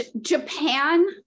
Japan